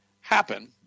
happen